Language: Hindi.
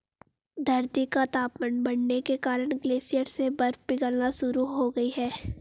धरती का तापमान बढ़ने के कारण ग्लेशियर से बर्फ पिघलना शुरू हो गयी है